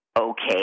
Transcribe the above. Okay